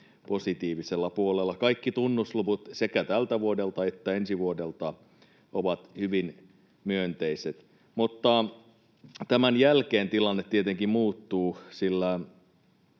positiivisella puolella. Kaikki tunnusluvut sekä tältä vuodelta että ensi vuodelta ovat hyvin myönteiset. Mutta tämän jälkeen tilanne tietenkin muuttuu,